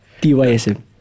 TYSM